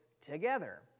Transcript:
together